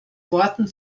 worten